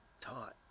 taught